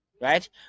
right